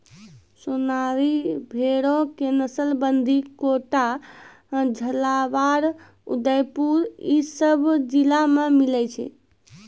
सोनारी भेड़ो के नस्ल बूंदी, कोटा, झालाबाड़, उदयपुर इ सभ जिला मे मिलै छै